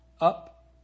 up